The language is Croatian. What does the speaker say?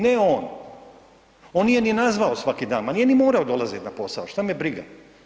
Ne on, on nije ni nazvao svaki dan, ma nije ni morao dolaziti na posao, što me briga.